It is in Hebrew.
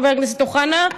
חבר הכנסת אוחנה?